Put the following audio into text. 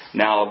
now